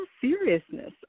seriousness